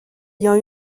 ayant